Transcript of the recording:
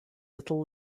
little